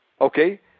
okay